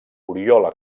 oriola